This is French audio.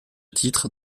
titres